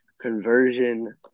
conversion